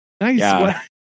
Nice